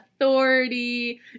authority